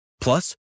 Plus